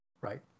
right